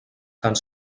tant